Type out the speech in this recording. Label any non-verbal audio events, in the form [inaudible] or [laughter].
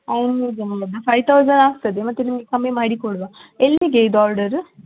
ಹೌದಾ [unintelligible] five thousand ಆಗ್ತದೆ ಮತ್ತೆ ನಿಮಗೆ ಕಮ್ಮಿ ಮಾಡಿ ಕೊಡುವ ಎಲ್ಲಿಗೆ ಇದು ಆರ್ಡರ್